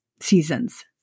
seasons